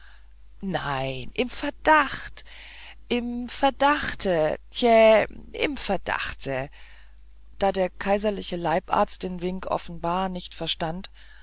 nein im verdacht im verdachtä tje im verdachtä da der kaiserliche leibarzt den wink offenbar nicht verstand